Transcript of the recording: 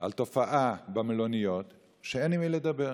על תופעה במלוניות שאין עם מי לדבר,